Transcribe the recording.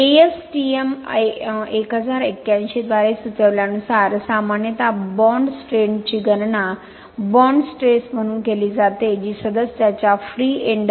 ASTM 1081 द्वारे सुचविल्यानुसार सामान्यत बाँड स्ट्रेंथची गणना बॉण्ड स्ट्रेस म्हणून केली जाते जी सदस्याच्या फ्री एंडवर 2